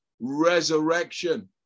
resurrection